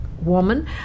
woman